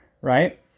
right